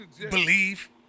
believe